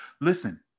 Listen